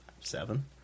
Seven